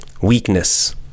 weakness